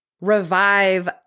revive